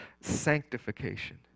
sanctification